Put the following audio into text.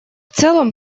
целом